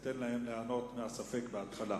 ניתן להם ליהנות מהספק בהתחלה,